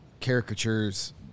caricatures